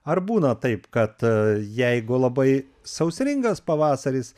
ar būna taip kad jeigu labai sausringas pavasaris